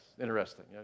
Interesting